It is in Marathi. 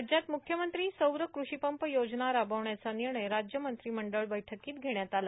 राज्यात मुख्यमंत्री सौर कृषीपंप योजना रार्बावण्याचा ांनणय राज्य मंत्रिमंडळ बैठकांत घेण्यात आला